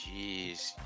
Jeez